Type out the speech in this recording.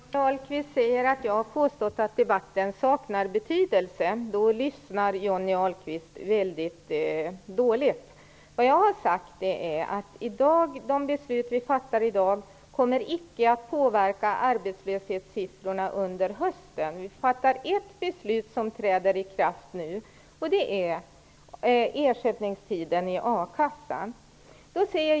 Herr talman! Johnny Ahlqvist säger att jag har påstått att debatten saknar betydelse. Då lyssnar Johnny Ahlqvist väldigt dåligt. Vad jag har sagt är att de beslut som vi fattar i dag inte kommer att påverka arbetslöshetssiffrorna under hösten. Vi har ett beslut som träder i kraft nu. Det är ersättningstiden i akassan.